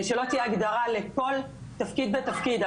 שלא תהיה הגדרה לכל תפקיד ותפקיד.